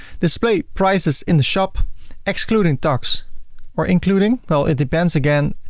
display prices in the shop excluding talks or including? well it depends again,